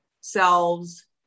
selves